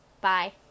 Bye